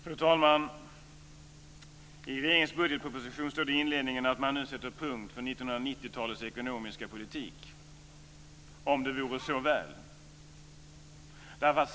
Fru talman! I regeringens budgetproposition stod i inledningen att man nu sätter punkt för 1990-talets ekonomiska politik. Om det vore så väl.